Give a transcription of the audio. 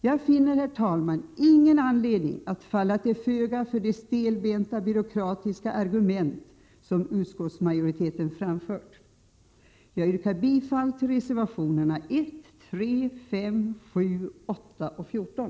Jag finner, herr talman, inte någon anledning att falla till föga för de stelbenta och byråkratiska argument som utskottsmajoriteten har framfört. Jag yrkar bifall till reservationerna 1, 3, 5, 7, 8 och 14.